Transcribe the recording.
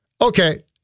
Okay